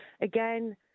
again